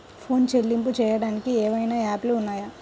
Phone చెల్లింపులు చెయ్యటానికి ఏవైనా యాప్లు ఉన్నాయా?